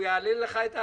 הוא יעלה לך את הארנונה...